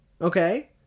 Okay